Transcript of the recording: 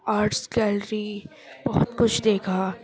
arts gallery بہت کچھ دیکھا